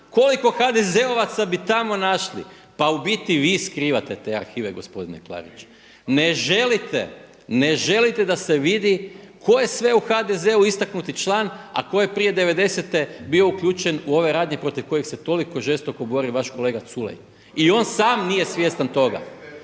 Koliko HDZ-ovaca bi tamo našli. Pa u biti, vi skrivate te arhive gospodine Klarić. Ne želite da se vidi tko je sve u HDZ-u istaknuti član, a tko je prije 90-te bio uključen u ove radnje protiv kojih se toliko žestoko bori vaš kolega Culej. I on sam nije svjestan toga.